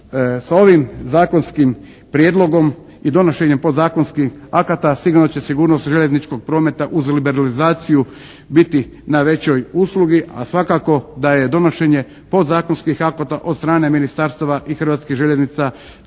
Sa ovim zakonskim prijedlogom i donošenjem podzakonskih akta sigurno će sigurnost željezničkog prometa uz liberalizaciju biti na većoj uslugi, a svakako da je donošenje podzakonskih akata od strane ministarstva i hrvatskih željeznica